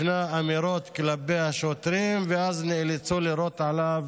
הפנה אמירות כלפי השוטרים ואז נאלצו לירות עליו